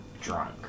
drunk